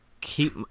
keep